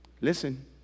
Listen